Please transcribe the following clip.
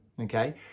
Okay